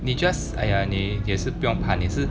你 just !aiya! 你也是不用怕你是